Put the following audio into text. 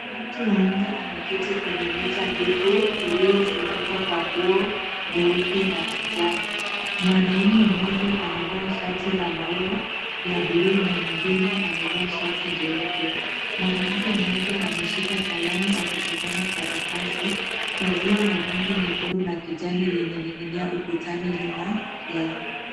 Watu wanne wameketi kwenye meza ndefu iliyofunikwa kwa nguo nyeupe na kijani. Mwanaume mmoja anavaa shati la maua ya buluu na mwengine amevaa shati jeupe. Mwanamke mmoja ameshika kalamu akitazama karatasi. Pazia la rangi nyekundu na kijani limening'inia ukutani nyuma yao.